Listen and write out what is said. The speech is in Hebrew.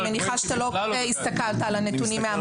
אני מניחה שלא הסתכלת על הנתונים מהמצגת.